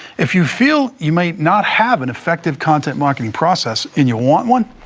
if you feel you might not have an effective content marketing process, and you want one,